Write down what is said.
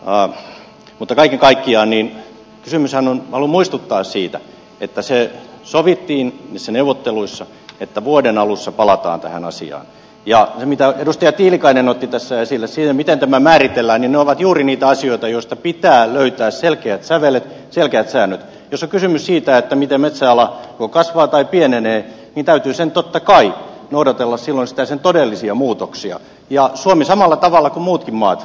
aamulla mutta kaiken kaikkiaan niin kysymyshän on valo muistuttaa siitä että se sovittiin missä neuvotteluissa että vuoden alussa palataan tähän asiaan ja mitä edustaja tiilikainen otti tä saisimme siihen miten tämä määritelläänin ovat juuri niitä asioita joista pitää löytää selkeät sävelet selkeät säännöt tässä kysymys siitä miten metsäala joko kasvaa tai pienenee niin täytyy sen totta kai noudatella silloin sitä sen todellisia muutoksia ja suomisen aikana muutkin maat